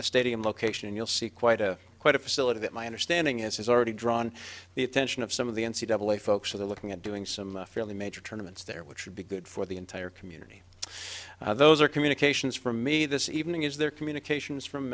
the stadium location and you'll see quite a quite a facility that my understanding is already drawn the attention of some of the n c doubly folks are looking at doing some fairly major tournaments there which would be good for the entire community those are communications for me this evening is their communications f